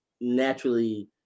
naturally